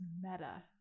meta